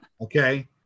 Okay